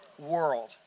world